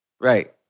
Right